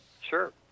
Sure